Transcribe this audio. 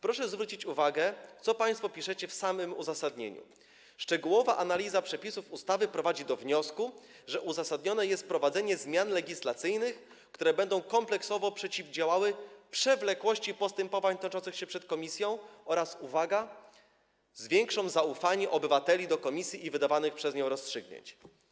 Proszę zwrócić uwagę, co państwo piszecie w samym uzasadnieniu: Szczegółowa analiza przepisów ustawy prowadzi do wniosku, że uzasadnione jest wprowadzenie zmian legislacyjnych, które będą kompleksowo przeciwdziałały przewlekłości postępowań toczących się przed komisją oraz - uwaga - zwiększą zaufanie obywateli do komisji i wydawanych przez nią rozstrzygnięć.